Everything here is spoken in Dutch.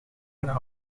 een